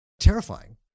terrifying